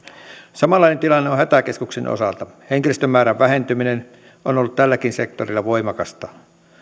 samanlainen tilanne on hätäkeskuksen osalta henkilöstömäärän vähentyminen on ollut tälläkin sektorilla voimakasta